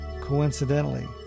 coincidentally